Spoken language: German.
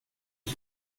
ich